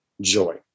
joy